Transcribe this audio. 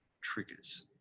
triggers